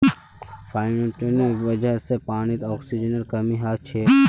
फाइटोप्लांकटनेर वजह से पानीत ऑक्सीजनेर कमी हैं जाछेक